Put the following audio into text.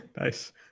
nice